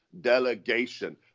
delegation